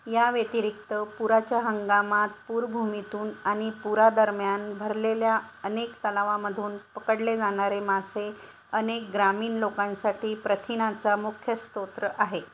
या व्यतिरिक्त पुराच्या हंगामात पूरभूमीतून आनि पुरादरम्यान भरलेल्या अनेक तलावामधून पकडले जाणारे मासे अनेक ग्रामीण लोकांसाठी प्रथिनाचा मुख्य स्रोत आहे